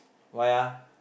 why ah